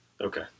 Okay